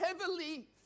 heavily